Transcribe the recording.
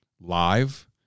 live